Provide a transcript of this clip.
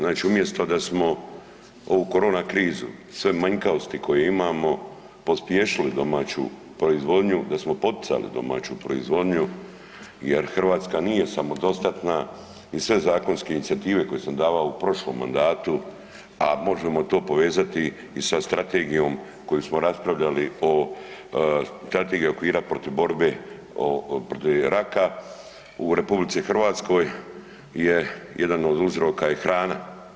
Znači umjesto da smo ovu korona krizu sve manjkavosti koje imamo pospješili domaću proizvodnju, da smo poticali domaću proizvodnju jer Hrvatska nije samodostatna i sve zakonske inicijative koje sam davao u prošlom mandatu, a možemo to povezati i sa strategijom koju smo raspravljali o, strategija okvira protiv borbe protiv raka, u RH je jedan od uzroka je hrana.